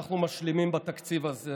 אנחנו משלימים בתקציב הזה.